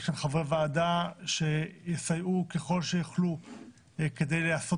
יש כאן חברי ועדה שיסייעו ככל שיוכלו כדי לעשות